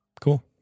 Cool